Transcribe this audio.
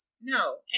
No